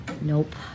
Nope